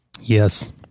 Yes